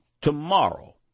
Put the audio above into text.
Tomorrow